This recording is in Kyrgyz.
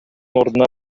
ордуна